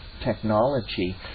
technology